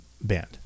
band